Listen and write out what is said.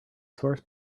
source